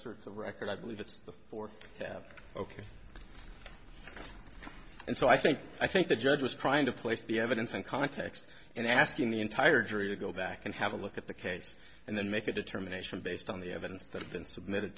sort of record i believe it's the fourth ok and so i think i think the judge was trying to place the evidence in context and asking the entire jury to go back and have a look at the case and then make a determination based on the evidence that had been submitted